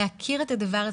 להכיר את הדבר הזה.